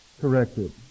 corrected